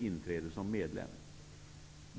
inträdet som medlem.